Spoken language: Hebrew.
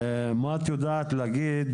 עינת, מה את יודעת להגיד